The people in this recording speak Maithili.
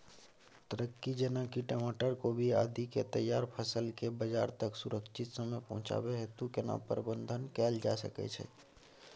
तरकारी जेना की टमाटर, कोबी आदि के तैयार फसल के बाजार तक सुरक्षित समय पहुँचाबै हेतु केना प्रबंधन कैल जा सकै छै?